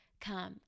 come